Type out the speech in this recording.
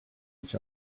each